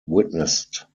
witnessed